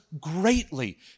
greatly